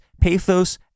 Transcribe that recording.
pathos